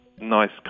nice